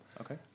okay